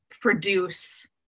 produce